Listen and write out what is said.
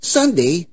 Sunday